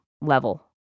level